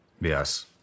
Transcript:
Yes